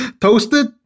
Toasted